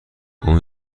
اون